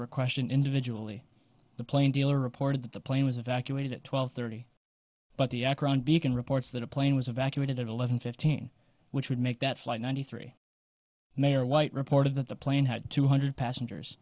were questioned individually the plain dealer reported that the plane was evacuated at twelve thirty but the akron beacon reports that a plane was evacuated at eleven fifteen which would make that flight ninety three mayer white reported that the plane had two hundred passengers